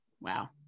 Wow